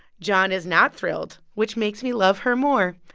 john is not thrilled, which makes me love her more.